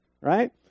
right